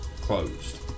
closed